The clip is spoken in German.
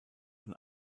von